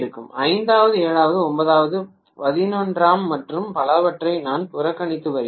ஐந்தாவது ஏழாவது ஒன்பதாவது பதினொன்றாம் மற்றும் பலவற்றை நான் புறக்கணித்து வருகிறேன்